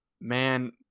Man